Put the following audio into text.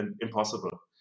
impossible